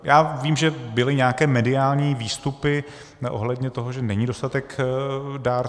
Já vím, že byly nějaké mediální výstupy ohledně toho, že není dostatek dárců.